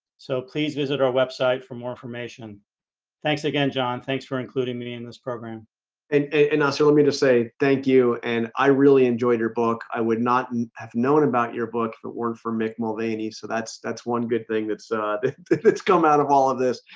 so please visit our website for more information thanks again, john. thanks for including me in this program and announcer let me to say thank you and i really enjoyed her book. i would not have known about your book it weren't for mick mulvaney. so that's that's one good thing. that's that's come out of all of this,